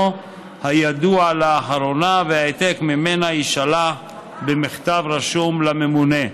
הידוע לאחרונה והעתק ממנה יישלח במכתב רשום לממונה".